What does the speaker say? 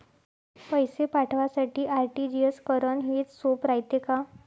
पैसे पाठवासाठी आर.टी.जी.एस करन हेच सोप रायते का?